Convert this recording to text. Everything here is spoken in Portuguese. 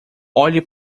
olhe